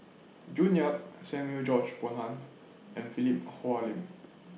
June Yap Samuel George Bonham and Philip Hoalim